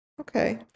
Okay